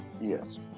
Yes